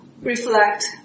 reflect